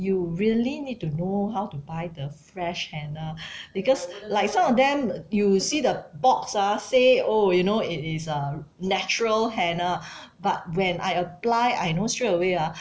you really need to know how to buy the fresh henna because like some of them you see the box ah say oh you know it is uh natural henna but when I apply I know straight away ah